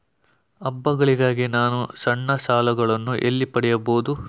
ಹಬ್ಬಗಳಿಗಾಗಿ ನಾನು ಸಣ್ಣ ಸಾಲಗಳನ್ನು ಎಲ್ಲಿ ಪಡೆಯಬಹುದು?